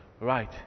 Right